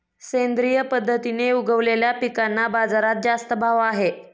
सेंद्रिय पद्धतीने उगवलेल्या पिकांना बाजारात जास्त भाव आहे